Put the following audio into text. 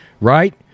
right